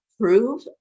prove